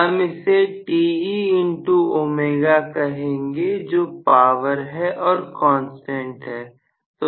हम इसे Te x ω कहेंगे जो पावर है और कांस्टेंट है